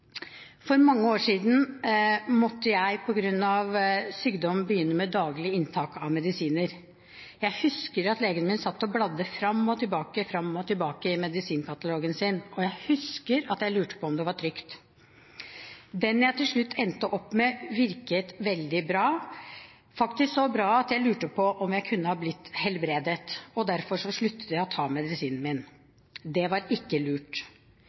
For mange år siden måtte jeg på grunn av sykdom begynne med daglig inntak av medisiner. Jeg husker at legen min satt og bladde fram og tilbake – fram og tilbake – i medisinkatalogen sin. Og jeg husker at jeg lurte på om det var trygt. Medisinen jeg til slutt endte opp med, virket veldig bra, faktisk så bra at jeg lurte på om jeg kunne ha blitt helbredet. Derfor sluttet jeg å ta medisinen min. Det var ikke lurt.